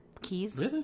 keys